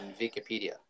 Wikipedia